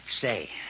say